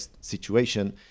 situation